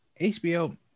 HBO